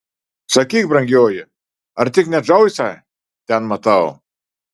sakyk brangioji ar tik ne džoisą ten matau